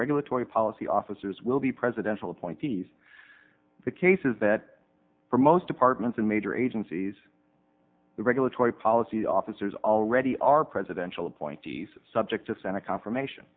regulatory policy officers will be presidential appointees the cases that are most departments and major agencies the regulatory policy officers already are presidential appointees subject to senate confirmation